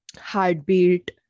heartbeat